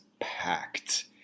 packed